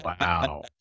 Wow